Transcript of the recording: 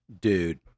Dude